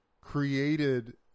created